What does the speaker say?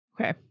okay